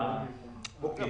מהיכן